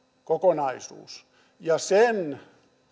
kokonaisuus ja sen